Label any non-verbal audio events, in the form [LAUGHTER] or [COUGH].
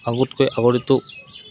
আগতকৈ [UNINTELLIGIBLE]